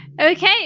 Okay